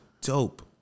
Dope